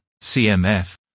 CMF